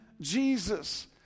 Jesus